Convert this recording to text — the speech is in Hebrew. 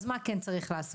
אז מה כן צריך לעשות?